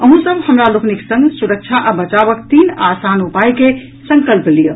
अहूँ सभ हमरा लोकनि संग सुरक्षा आ बचावक तीन आसान उपायक संकल्प लियऽ